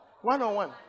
one-on-one